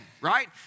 right